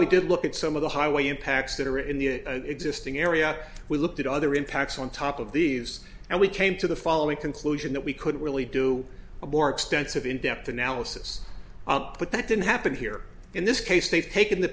we did look at some of the highway impacts that are in the existing area we looked at other impacts on top of these and we came to the following conclusion that we could really do a more extensive in depth analysis but that didn't happen here in this case they've taken the